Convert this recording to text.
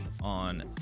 on